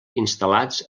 instal·lats